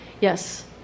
Yes